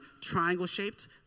triangle-shaped